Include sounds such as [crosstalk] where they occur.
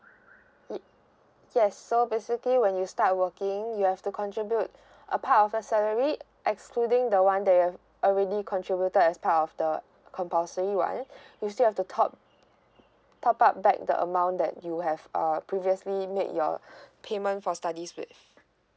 y~ yes so basically when you start working you have to contribute [breath] a part of your salary excluding the one they have already contributed as part of the compulsory [one] [breath] you still have to top top up back the amount that you have uh previously made your [breath] payment for study with